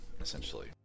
essentially